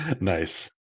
Nice